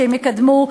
שהם יקדמו הסדר,